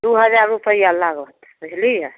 दुइ हजार रुपैआ लागत बुझलिए